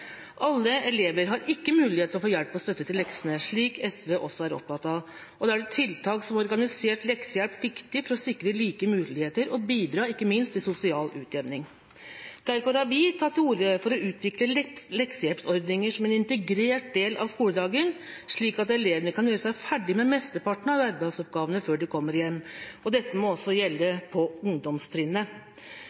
alle elever har mulighet til å få hjelp og støtte til leksene, som SV også er opptatt av. Da er tiltak som organisert leksehjelp viktig for å sikre like muligheter og bidra, ikke minst, til sosial utjevning. Derfor har vi tatt til orde for å utvikle leksehjelpsordning som en integrert del av skoledagen, slik at elevene kan gjøre seg ferdig med mesteparten av arbeidsoppgavene før de kommer hjem. Dette må også gjelde på ungdomstrinnet.